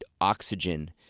oxygen